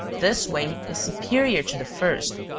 this way is superior to the first,